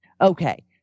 Okay